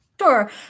Sure